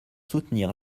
soutenir